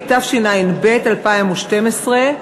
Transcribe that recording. התשע"ב 2012,